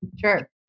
Sure